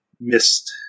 missed